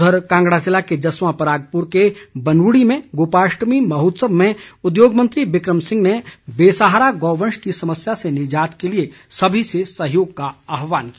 उधर कांगड़ा ज़िले के जसवां परागपुर के बनूड़ी में गोपाष्टमी महोत्सव में उद्योग मंत्री बिक्रम सिंह ने बेसहारा गौवंश की समस्या से निजात के लिए सभी से सहयोग का आहवान किया